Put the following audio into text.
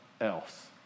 else